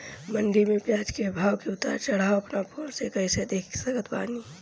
मंडी मे प्याज के भाव के उतार चढ़ाव अपना फोन से कइसे देख सकत बानी?